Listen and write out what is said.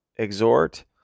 exhort